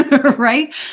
right